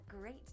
great